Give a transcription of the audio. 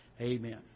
Amen